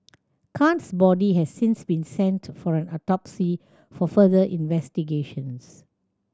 khan's body has since been sent for an autopsy for further investigations